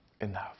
enough